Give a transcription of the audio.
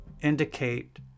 indicate